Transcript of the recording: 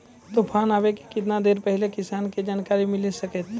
तूफान आबय के केतना देर पहिले किसान के जानकारी मिले सकते?